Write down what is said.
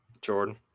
Jordan